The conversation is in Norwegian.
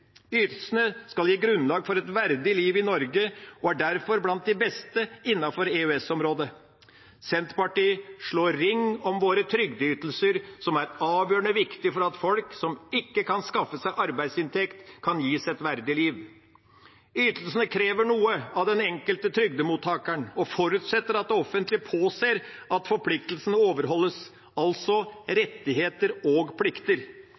Ytelsene skal gi grunnlag for et verdig liv i Norge og er derfor blant de beste innenfor EØS-området. Senterpartiet slår ring om våre trygdeytelser, som er avgjørende viktig for at folk som ikke kan skaffe seg arbeidsinntekt, kan gis et verdig liv. Ytelsene krever noe av den enkelte trygdemottakeren og forutsetter at det offentlige påser at forpliktelsene overholdes – altså rettigheter og plikter.